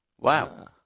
Wow